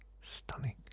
stunning